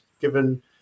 given